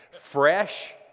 Fresh